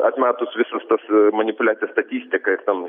atmetus visus tuos manipuliacijas statistika ir ten